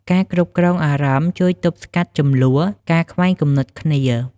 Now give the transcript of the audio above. ការគ្រប់់គ្រងអារម្មណ៍ជួយទប់ស្កាត់ជម្លោះ ការខ្វែងគំនិតគ្នា។